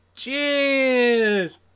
Cheers